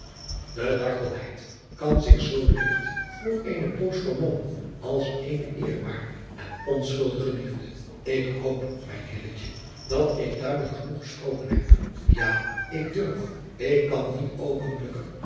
de dartelheid kan zich zoo ligt adriaan loosjes pzn het leven van hillegonda buisman voor eene poos vermommen als eene eerbare en onschuldige liefde ik hoop mijn hilletje dat ik duidelijk genoeg gesproken heb ja ik durf ik kan niet openlijker